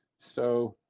so